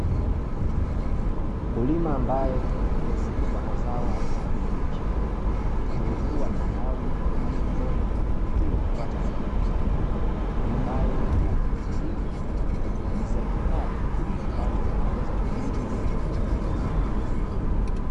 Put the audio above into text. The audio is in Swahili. Mkulima ambaye amezungukwa na zao aina ya kabichi, lilokuwa tayari kwenda sokoni ili kupata wanunuzi. Hali ambayo inamfanya mkulima kujiingizia kipato, ambacho kinaweza kukidhi mahitaji yake.